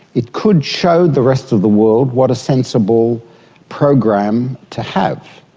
it could show the rest of the world what a sensible program to have.